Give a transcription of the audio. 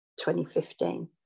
2015